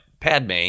Padme